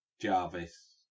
Jarvis